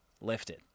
lifted